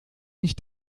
nicht